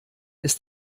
ist